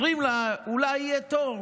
אומרים לה: אולי יהיה תור,